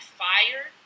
fire